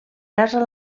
casa